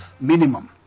Minimum